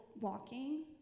walking